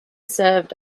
served